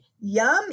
yum